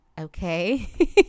Okay